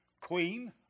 queen